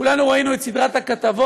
כולנו ראינו את סדרת הכתבות,